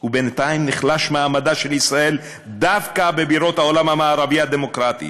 נחלש מעמדה של ישראל דווקא בבירות העולם המערבי הדמוקרטי